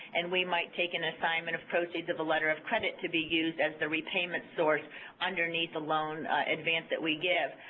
and we might take an assignment of proceeds of a letter of credit to be used as the repayment source underneath the loan advance that we give.